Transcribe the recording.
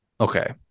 okay